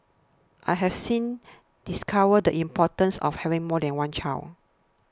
I have since discovered importance of having more than one child